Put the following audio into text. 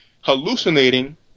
hallucinating